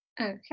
Okay